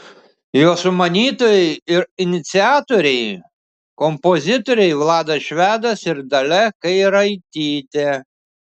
jo sumanytojai ir iniciatoriai kompozitoriai vladas švedas ir dalia kairaitytė